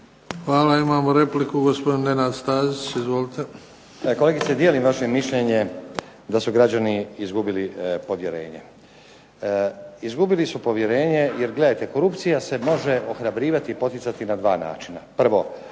Hvala. Imamo repliku, gospodin Nenad Stazić. Izvolite. **Stazić, Nenad (SDP)** Kolegice dijelim vaše mišljenje da su građani izgubili povjerenje. Izgubili su povjerenje jer gledajte korupcija se može ohrabrivati i poticati na dva načina. Prvo